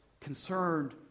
concerned